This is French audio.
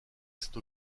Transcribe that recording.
cette